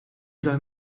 soll